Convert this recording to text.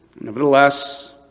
Nevertheless